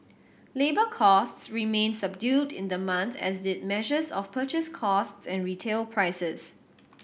labour costs remained subdued in the month as did measures of purchase costs and retail prices